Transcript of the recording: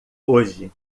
hoje